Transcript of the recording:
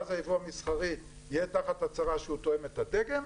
ואז היבוא המסחרי יהיה תחת הצהרה שהוא תואם את הדגם,